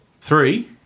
Three